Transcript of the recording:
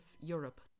Europe